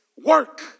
work